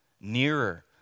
nearer